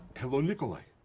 hello, nicolae?